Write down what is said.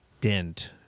dent